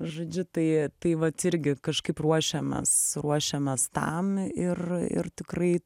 žodžiu tai tai vat irgi kažkaip ruošiamės ruošiamės tam ir ir tikrai